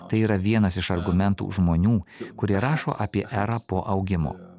tai yra vienas iš argumentų žmonių kurie rašo apie erą po augimo